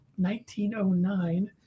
1909